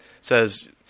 says